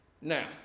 now